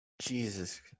Jesus